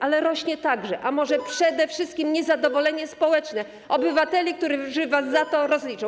Ale rośnie także, a może przede wszystkim, niezadowolenie społeczne - obywateli, którzy was za to rozliczą.